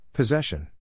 Possession